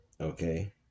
Okay